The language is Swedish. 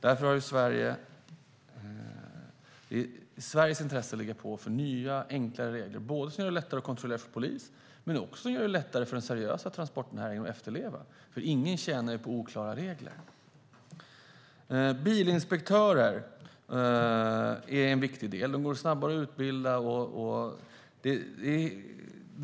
Det ligger i Sveriges intresse att driva på för nya, enklare regler både för att göra det lättare för polis att kontrollera och för att göra det lättare för den seriösa transportnäringen att efterleva reglerna. Ingen tjänar på oklara regler. Bilinspektörer är en viktig del. De går snabbare att utbilda.